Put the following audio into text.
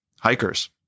hikers